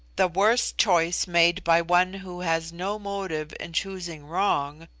the worst choice made by one who has no motive in choosing wrong,